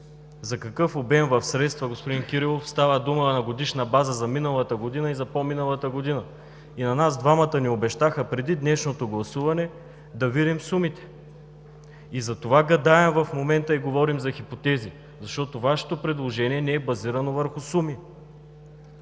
за какъв обем в средства, господин Кирилов, става дума на годишна база за миналата година и за по-миналата година. И на нас двамата ни обещаха преди днешното гласуване да видим сумите. И затова гадаем в момента и говорим за хипотези, защото Вашето предложение не е базирано върху суми.